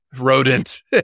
rodent